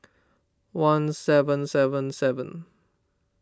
one seven seven seven